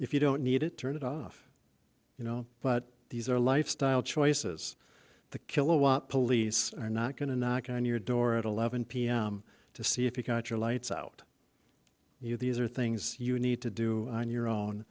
if you don't need it turn it off you know but these are lifestyle choices the kilowatt police are not going to knock on your door at eleven p m to see if you've got your lights out you know these are things you need to do on your own